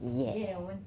!yay!